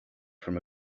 from